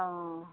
অ